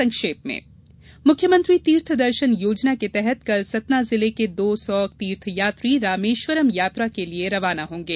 संक्षिप्त समाचार मुख्यमंत्री तीर्थदर्शन योजना के तहत कल सतना जिले के दो सौ तीर्थयात्री रामेश्वरम यात्रा के लिए रवाना होंगे